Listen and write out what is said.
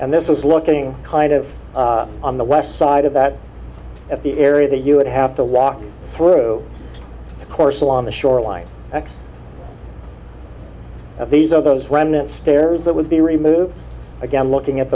and this is looking kind of on the west side of that at the area that you would have to walk through the course along the shoreline acts of these are those remnants stairs that would be removed again looking at